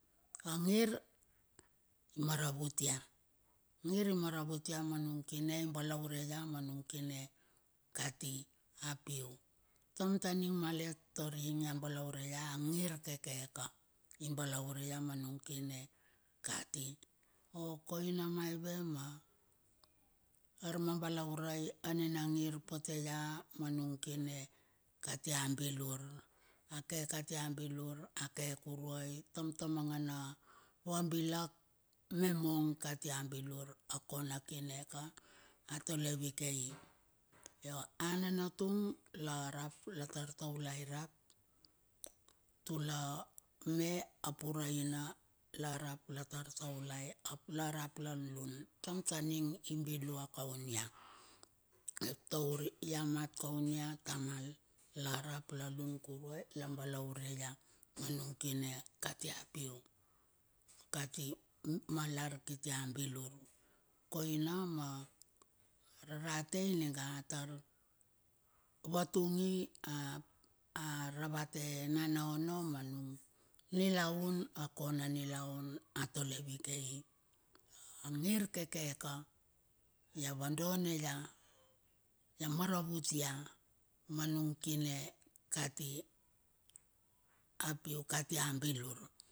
Augir imara vut ia, angir i maravut ia ma mung kine ibalaure ia manung kine kati a pui. Tam taning malet tor ina ia balaure ia angir keke ka, ibalaure ia manung kine kati. O koina mai ve ma armabalaurai anina ngir pote ia ma nun kine katia bilur. Ake katia bilur ake kuruai. Tam ta mangana vabilak me mong katia bilur. A kona kine ka atole vikei. Io ananatung larap latar taulai rap. Tula me ap ura ina larap la tar taulai ap la rap la lun. Tamta ning ibilua kaun ia, taur iamat kaun ia tamal. La rap la lun kuruai la balaure ia manung kine katia piu, kati ma lar kiti a bilur. Koina mararate ninngang atar vatungi. aravate nana ono ma nung nilaun. A kona nile unatole vukei. Angir kekeko va vadone ia. Ia maravut ia manung kine kati apiu kati ia bilur.